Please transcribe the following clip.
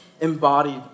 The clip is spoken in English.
embodied